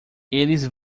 eles